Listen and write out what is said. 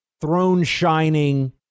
throne-shining